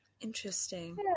Interesting